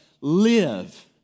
live